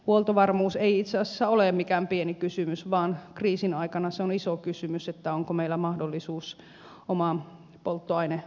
huoltovarmuus ei itse asiassa ole mikään pieni kysymys vaan kriisin aikana se on iso kysymys onko meillä mahdollisuus omaan polttoaineomavaraisuuteen